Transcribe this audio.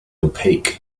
opaque